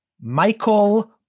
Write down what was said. Michael